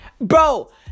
bro